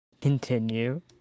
Continue